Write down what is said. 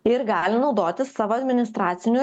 ir gali naudotis savo administracinių